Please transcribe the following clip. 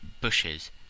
bushes